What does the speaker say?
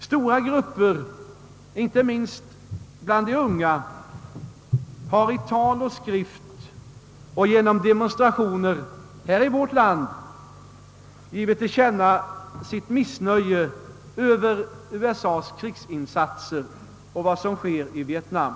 Stora grupper, inte minst bland de unga, har i tal och skrift samt genom demonstrationer här i landet givit till känna sitt missnöje över USA:s krigsinsatser och det som sker i Vietnam.